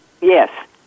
Yes